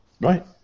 Right